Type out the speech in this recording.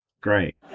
Great